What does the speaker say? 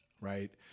Right